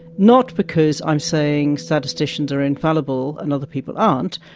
not because i'm saying statisticians are infallible and other people aren't,